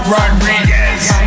Rodriguez